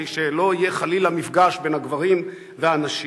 שלא יהיה חלילה מפגש בין הגברים לנשים.